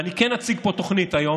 ואני כן אציג פה תוכנית היום,